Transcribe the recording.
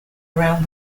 around